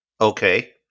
Okay